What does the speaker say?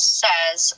says